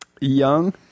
young